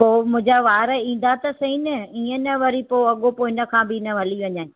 पोइ मुंहिंजा वार ईंदा त सही न ईअं न वरी पोइ अॻिपोइ हिनखां बि न हली वञनि